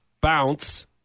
bounce